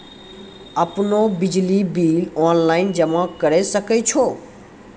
आपनौ बिजली bill online जमा करै सकै छौ?